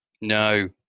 no